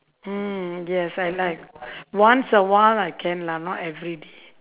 mm yes I like once a while I can lah not every day